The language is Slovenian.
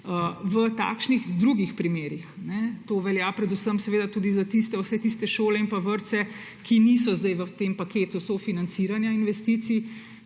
V takšnih drugih primerih to velja tudi za vse tiste šole in vrtce, ki niso sedaj v tem paketu sofinanciranja investicij,